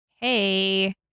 hey